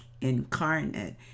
incarnate